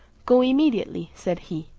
go immediately, said he,